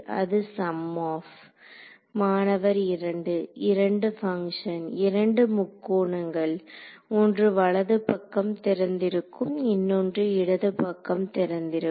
அது sum of மாணவர் 2 இரண்டு பங்ஷன் இரண்டு முக்கோணங்கள் ஒன்று வலது பக்கம் திறந்திருக்கும் இன்னொன்று இடது பக்கம் திறந்திருக்கும்